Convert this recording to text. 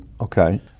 okay